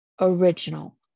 original